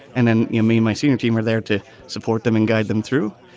and then you meet my senior team, were there to support them and guide them through.